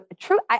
true